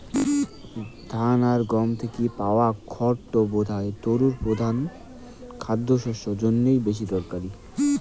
ধান আর গম থাকি পাওয়া খড় টো বোধহয় তারুর প্রধান খাদ্যশস্য জইন্যে বেশি দরকারি